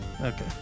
Okay